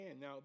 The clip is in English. Now